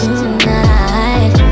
tonight